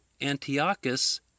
Antiochus